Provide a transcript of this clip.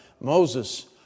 Moses